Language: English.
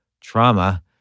trauma